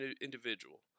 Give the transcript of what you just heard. individual